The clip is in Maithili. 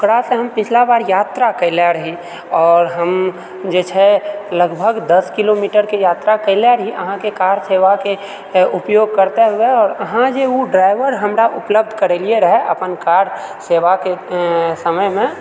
ओकरासँ हम पिछला बार यात्रा कएलै रहि आओर हम जे छै लगभग दश किलोमीटरके यात्रा कएलै रहि अहाँके कार सेवाके उपयोग करिते हुये आओर अहाँ जे ओ ड्राइभर हमरा उपलब्ध करेलिऐ रहए अपन कार सेवाके समयमे